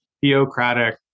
theocratic